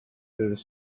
through